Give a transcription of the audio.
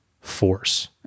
force